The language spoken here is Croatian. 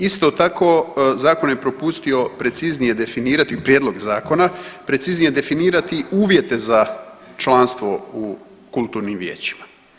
Isto tako9 zakon je propustio preciznije definirati prijedlog zakona, preciznije definirati uvjete za članstvo u kulturnim vijećima.